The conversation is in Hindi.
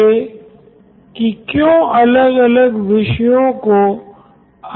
मुझे ये बात ठीक लगती है की क्यों छात्र बहुत सारी नोट बुक्स और टेक्स्ट बुक्स स्कूल ले जाते हैं